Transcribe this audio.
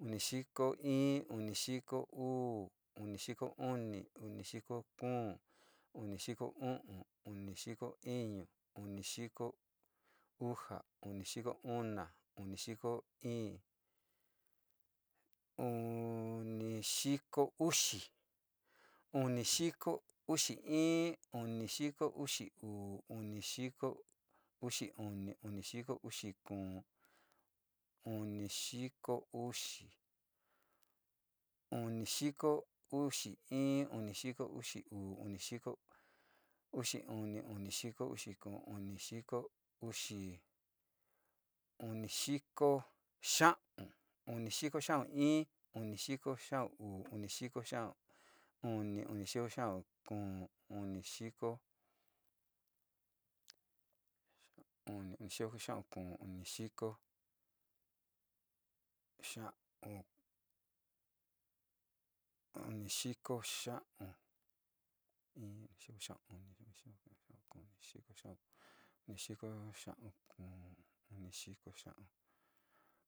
Uni xikoi, anixiko uu, unixiko uni, uni xiko kuu uni xikou'u, uni xiko iñu, uni xiko uxa unixiko una, unixiko ii, uni´xiko uxi xiko uxi, uni xiko uxii, unixiko uxi uu, xiko uxi uni, uni xiko, uxi kuu, uni xiko uxi, uni xiko uxii, uni xiko uxi uu, uni xiko uxi uni, uni xiko uxi uxi kuu, uni xiko uxi, uni xiko xiau'u, uni xiko xiau i, uni xiko xiau uu, uni xiko xiau uni, uni xiko xiau kuú, unixiko uni xiko xiau kuu, uni xiko xiau, uni xiko xiau